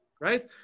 right